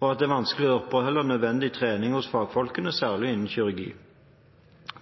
og at det er vanskelig å opprettholde nødvendig trening hos fagfolkene, særlig innen kirurgi.